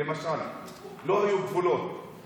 לא היו גבולות,